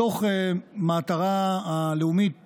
מתוך המטרה הלאומית